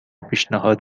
پیشنهاد